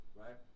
right